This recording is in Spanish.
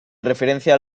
referencia